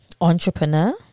Entrepreneur